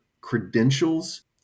credentials